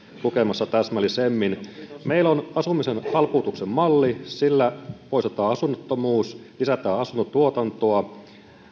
lukemassa täsmällisemmin meillä on asumisen halpuutuksen malli sillä poistetaan asunnottomuus lisätään asuntotuotantoa